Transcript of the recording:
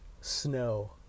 snow